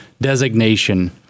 designation